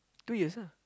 two years ah